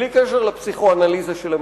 בלי קשר לפסיכו-אנליזה של המחוקק.